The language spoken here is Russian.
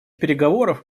переговоров